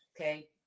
okay